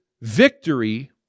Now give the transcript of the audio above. victory